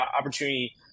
opportunity